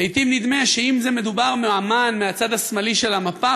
לעתים נדמה שאם מדובר באמן מהצד השמאלי של המפה,